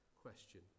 question